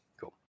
cool